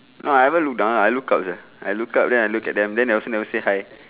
no I ever look down I look up sia I look up then I look at them then they also never say hi